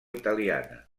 italiana